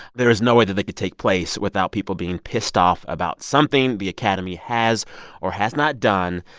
there is no way that they could take place without people being pissed off about something the academy has or has not done.